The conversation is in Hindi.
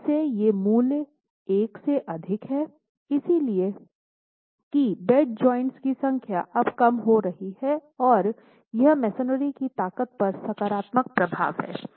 वृद्धि से ये मूल्य 1 से अधिक हैं सिर्फ इसलिए कि बेड जॉइंट्स की संख्या अब कम हो रही है और इसलिए यह मेसनरी की ताकत पर सकारात्मक प्रभाव है